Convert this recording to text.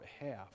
behalf